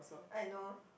I know